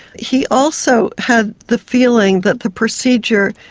he also had the feeling that the procedure,